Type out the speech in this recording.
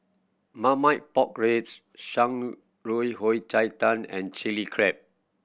Marmite Pork Ribs Shan Rui Yao Cai Tang and Chilli Crab